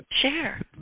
share